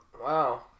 Wow